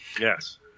Yes